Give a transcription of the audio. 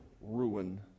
ruin